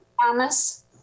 Thomas